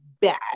bad